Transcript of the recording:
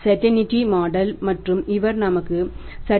J